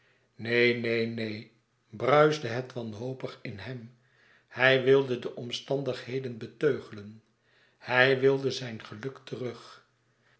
neen neen neen bruisde het wanhopig in hem hij wilde de omstandigheden beteugelen hij wilde zijn geluk terug